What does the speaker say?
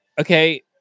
okay